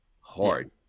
hard